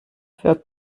für